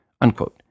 Unquote